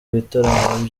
bitaramo